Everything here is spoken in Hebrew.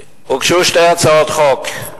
הוגשו שתי הצעות חוק.